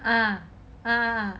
ah ah